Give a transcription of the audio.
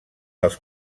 dels